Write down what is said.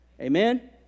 Amen